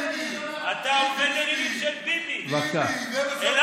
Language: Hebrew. אתה עובד אלילים, רק ביבי.